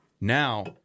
Now